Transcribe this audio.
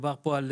מדובר פה על